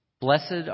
blessed